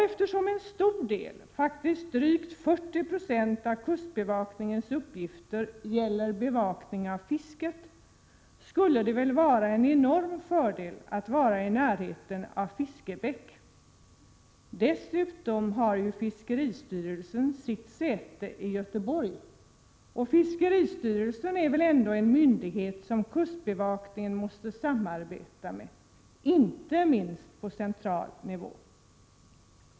Eftersom en stor del — faktiskt drygt 40 96 — av kustbevakningens uppgifter gäller bevakning av fisket, skulle det väl vara en enorm fördel att vara i närheten av Fiskebäck. Dessutom har ju fiskeristyrelsen sitt säte i Göteborg, och fiskeristyrelsen är väl ändå en myndighet som kustbevakningen måste samarbeta med, inte minst på central nivå?